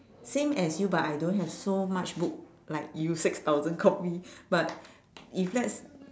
same as you but I don't have so much book like you six thousand copy but if let's